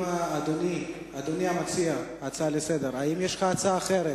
אדוני מציע ההצעה לסדר-היום, האם יש לך הצעה אחרת?